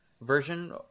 version